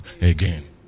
again